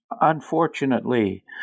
Unfortunately